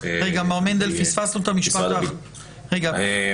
במהלך שרשות החברות ומשרד הביטחון הובילו.